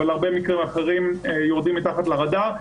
אבל הרבה מקרים אחרים יורדים מתחת לרדאר.